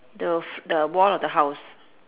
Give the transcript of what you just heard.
the the wall of the house